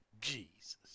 Jesus